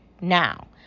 now